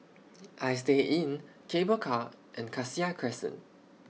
Istay Inn Cable Car and Cassia Crescent